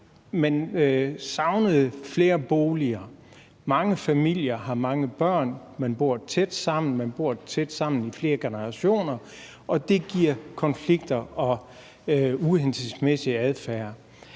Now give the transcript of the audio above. Man savnede flere boliger. Mange familier har mange børn, man bor tæt sammen, man bor tæt sammen i flere generationer, og det giver konflikter og uhensigtsmæssig adfærd.